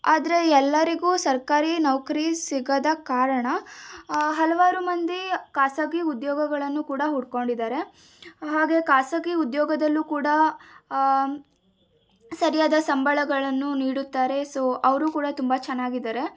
ಆದರೆ ಎಲ್ಲರಿಗೂ ಸರ್ಕಾರಿ ನೌಕರಿ ಸಿಗದ ಕಾರಣ ಹಲವಾರು ಮಂದಿ ಖಾಸಗಿ ಉದ್ಯೋಗಗಳನ್ನು ಕೂಡ ಹುಡ್ಕೊಂಡಿದ್ದಾರೆ ಹಾಗೆ ಖಾಸಗಿ ಉದ್ಯೋಗದಲ್ಲೂ ಕೂಡ ಸರಿಯಾದ ಸಂಬಳಗಳನ್ನು ನೀಡುತ್ತಾರೆ ಸೊ ಅವರು ಕೂಡ ತುಂಬ ಚೆನ್ನಾಗಿದ್ದಾರೆ